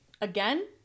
Again